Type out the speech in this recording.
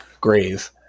grave